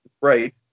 right